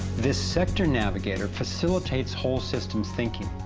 this sector navigator facilitates whole-system-thinking,